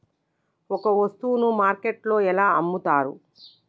ఒక వస్తువును మార్కెట్లో ఎలా అమ్ముతరు?